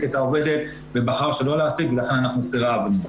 את העובדת ובחר שלא להעסיק ולכן אנחנו סירבנו.